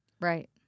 Right